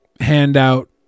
handout